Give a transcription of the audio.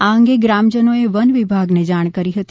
આ અંગે ગ્રામજનોએ વન વિભાગને જાણ કરી હતી